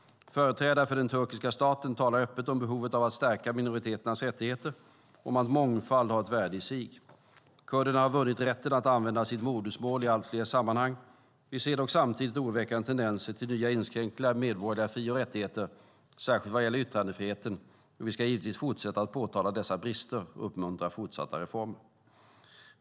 Företrädare för den turkiska staten talar öppet om behovet av att stärka minoriteternas rättigheter och om att mångfald har ett värde i sig. Kurderna har vunnit rätten att använda sitt modersmål i allt fler sammanhang. Vi ser dock samtidigt oroväckande tendenser till nya inskränkningar i medborgerliga fri och rättigheter, särskilt vad gäller yttrandefriheten, och vi ska givetvis fortsätta att påtala dessa brister och uppmuntra fortsatta reformer.